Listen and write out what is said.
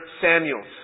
Samuel's